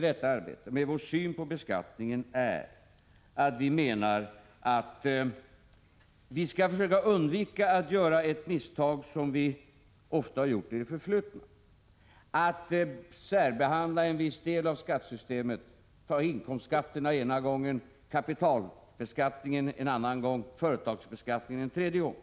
Poängen med vår syn på beskattningen är att vi skall försöka undvika att göra ett misstag, som vi ofta har gjort i det förflutna, nämligen att särbehandla en viss del av skattesystemet och ta inkomstskatterna ena gången, kapitalbeskattningen en annan gång och företagsbeskattningen en tredje gång.